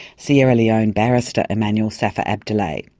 sierra leone barrister emmanuel saffa abdulai.